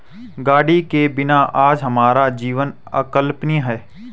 गाड़ी के बिना आज हमारा जीवन अकल्पनीय है